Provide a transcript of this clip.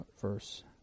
verse